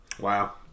Wow